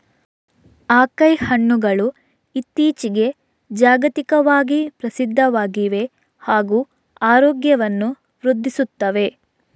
acai ಹಣ್ಣುಗಳು ಇತ್ತೀಚಿಗೆ ಜಾಗತಿಕವಾಗಿ ಪ್ರಸಿದ್ಧವಾಗಿವೆ ಹಾಗೂ ಆರೋಗ್ಯವನ್ನು ವೃದ್ಧಿಸುತ್ತವೆ